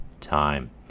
time